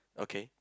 okay